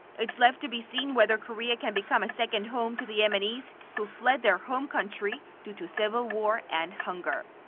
it's left to be seen whether korea can become a second home to the yemenis who fled their home country due to civil war and hunger.